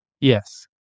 Yes